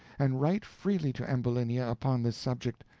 and write freely to ambulinia upon this subject,